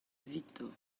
evito